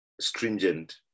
stringent